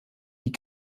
die